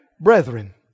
brethren